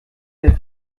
der